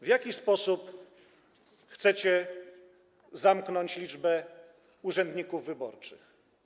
W jaki sposób chcecie zamknąć liczbę urzędników wyborczych?